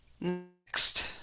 Next